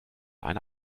eine